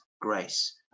grace